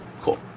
Cool